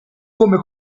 come